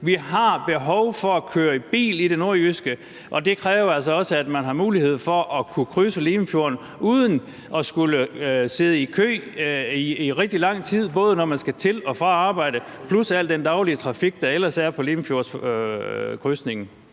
Vi har behov for at køre i bil i det nordjyske, og det kræver altså også, at man har mulighed for at kunne krydse Limfjorden uden at skulle sidde i kø i rigtig lang tid, både når man skal til og fra arbejde plus i al den daglige trafik, der ellers er på Limfjordskrydsningen.